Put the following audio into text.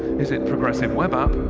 is it progressive web app,